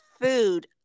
food